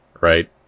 right